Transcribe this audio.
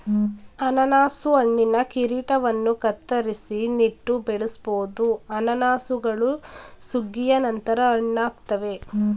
ಅನನಾಸು ಹಣ್ಣಿನ ಕಿರೀಟವನ್ನು ಕತ್ತರಿಸಿ ನೆಟ್ಟು ಬೆಳೆಸ್ಬೋದು ಅನಾನಸುಗಳು ಸುಗ್ಗಿಯ ನಂತರ ಹಣ್ಣಾಗ್ತವೆ